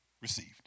received